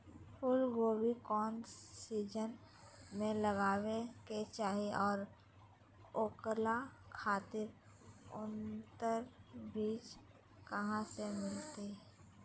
फूलगोभी कौन सीजन में लगावे के चाही और ओकरा खातिर उन्नत बिज कहा से मिलते?